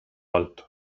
alto